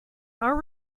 our